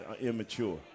immature